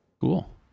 Cool